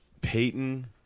Peyton